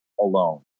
alone